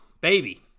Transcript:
Baby